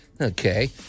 Okay